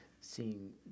seeing